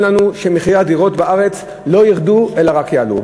לנו שמחירי הדירות בארץ לא ירדו אלא רק יעלו.